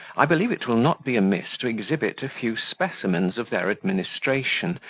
i believe it will not be amiss to exhibit a few specimens of their administration,